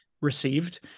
received